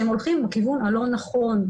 שהם הולכים בכיוון הלא-נכון,